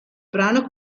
brano